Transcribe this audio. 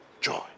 joy